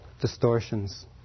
distortions